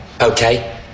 okay